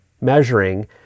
measuring